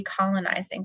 decolonizing